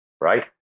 right